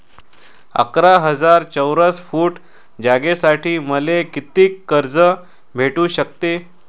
अकरा हजार चौरस फुट जागेसाठी मले कितीक कर्ज भेटू शकते?